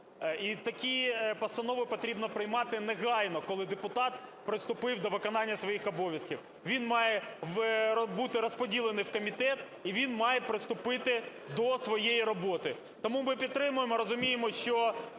І такі постанови потрібно приймати негайно. Коли депутат приступив до виконання своїх обов'язків, він має бути розподілений в комітет, і він має приступити до своєї роботи. Тому ми підтримуємо, розуміємо, що